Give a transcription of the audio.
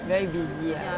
very busy ah